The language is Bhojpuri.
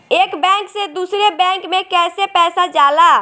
एक बैंक से दूसरे बैंक में कैसे पैसा जाला?